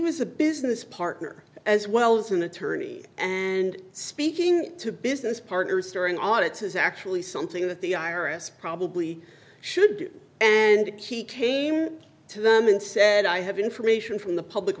was a business partner as well as an attorney and speaking to business partners during audits is actually something that the iris probably should do and a key came to them and said i have information from the public